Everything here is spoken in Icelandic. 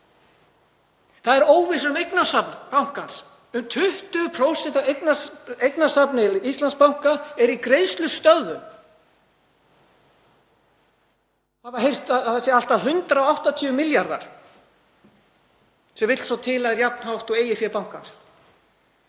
Það er óvissa um eignasafn bankans. Um 20% af eignasafni Íslandsbanka eru í greiðslustöðvun. Heyrst hefur að það séu allt að 180 milljarðar sem vill svo til að er jafn hátt og eigið fé bankans.